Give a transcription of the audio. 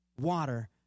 water